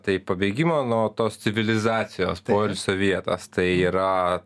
tai pabėgimo nuo tos civilizacijos poilsio vietos tai yra